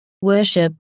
worship